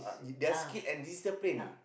uh they are skilled and disciplined